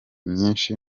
myinshi